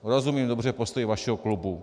Rozumím dobře postoji vašeho klubu.